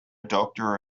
doctor